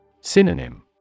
Synonym